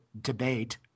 debate –